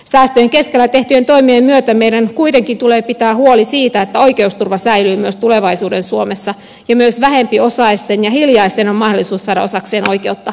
säästöjen keskellä tehtyjen toimien myötä meidän kuitenkin tulee pitää huoli siitä että oikeusturva säilyy myös tulevaisuuden suomessa ja myös vähempiosaisten ja hiljaisten on mahdollisuus saada osakseen oikeutta